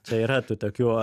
čia yra tų tokių